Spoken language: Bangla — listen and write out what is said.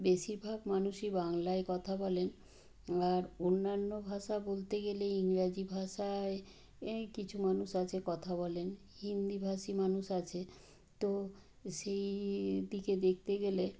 বেশিরভাগ মানুষই বাংলায় কথা বলেন আর অন্যান্য ভাষা বলতে গেলে ইংরাজি ভাষায় এই কিছু মানুষ আছে কথা বলেন হিন্দিভাষি মানুষ আছে তো সেই দিকে গেলে